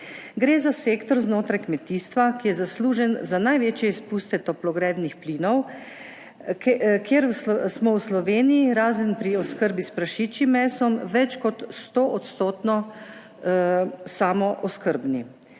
Gre za sektor znotraj kmetijstva, ki je zaslužen za največje izpuste toplogrednih plinov, kjer smo v Sloveniji, razen pri oskrbi s prašičjim mesom, več kot sto odstotno samooskrbni.